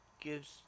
gives